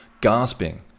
gasping